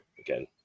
again